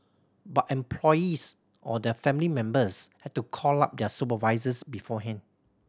but employees or their family members had to call up their supervisors beforehand